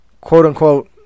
quote-unquote